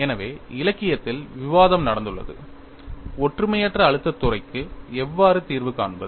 எனவே இலக்கியத்தில் விவாதம் நடந்துள்ளது ஒற்றுமையற்ற அழுத்தத் துறைக்கு எவ்வாறு தீர்வு காண்பது